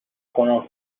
کنم